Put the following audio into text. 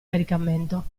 caricamento